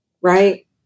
right